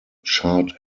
chart